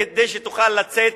כדי שתוכל לצאת